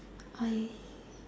I